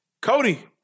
Cody